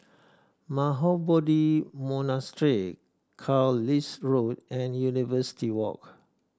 Mahabodhi Monastery Carlisle Road and University Walk